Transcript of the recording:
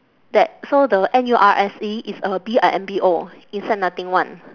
that so the N U R S E is a B I M B O inside nothing [one]